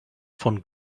von